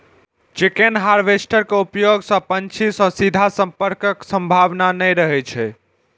chicken harvester के उपयोग सं पक्षी सं सीधा संपर्कक संभावना नै रहै छै